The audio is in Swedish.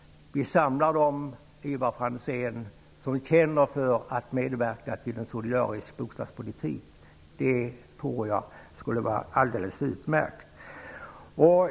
Vi samlar dem som känner för att medverka till en solidarisk bostadspolitik, Ivar Franzén. Jag tror att det skulle vara alldeles utmärkt.